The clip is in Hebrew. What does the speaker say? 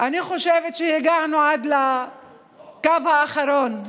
אני חושבת שהגענו עד לקו האחרון,